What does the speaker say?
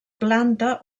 planta